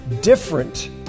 different